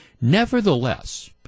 Nevertheless